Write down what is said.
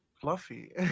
fluffy